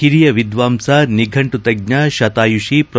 ಹಿರಿಯ ವಿದ್ವಾಂಸ ನಿಫಂಟು ತಜ್ಜ ಶತಾಯುಷಿ ಪ್ರೊ